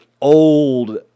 old